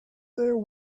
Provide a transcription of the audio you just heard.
there